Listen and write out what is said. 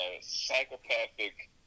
psychopathic